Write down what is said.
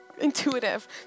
intuitive